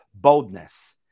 boldness